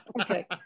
okay